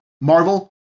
Marvel